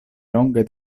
longe